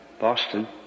Boston